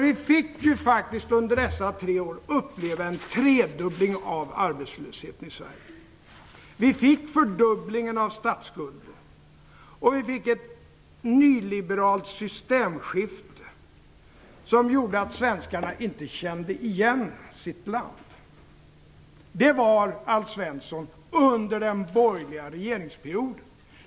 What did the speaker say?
Vi fick faktiskt under de tre åren uppleva en tredubbling av arbetslösheten i Sverige. Vi fick en fördubbling av statsskulden, och vi fick ett nyliberalt systemskifte som gjorde att svenskarna inte kände igen sitt land. Det var, Alf Svensson, under den borgerliga regeringsperioden!